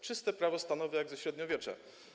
Czyste prawo stanowe, jak ze średniowiecza.